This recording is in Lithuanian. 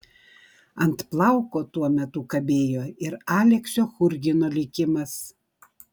ant plauko tuo metu kabėjo ir aleksio churgino likimas